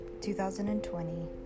2020